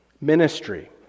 ministry